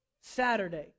Saturday